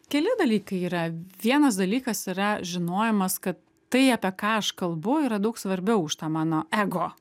keli dalykai yra vienas dalykas yra žinojimas kad tai apie ką aš kalbu yra daug svarbiau už tą mano ego